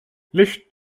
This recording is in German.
licht